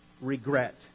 regret